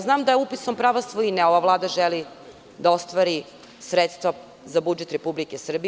Znam da upisom prava svojine ova Vlada želi da ostvari sredstva za budžet Republike Srbije.